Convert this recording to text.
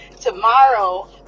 tomorrow